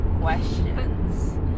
questions